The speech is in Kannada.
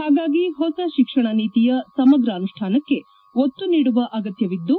ಹಾಗಾಗಿ ಹೊಸ ಶಿಕ್ಷಣ ನೀತಿಯ ಸಮಗ್ರ ಅನುಷ್ಠಾನಕ್ಷೆ ಒತ್ತು ನೀಡುವ ಅಗತ್ಯವಿದ್ದು